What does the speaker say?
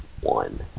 one